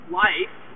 life